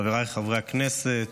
חבריי חברי הכנסת,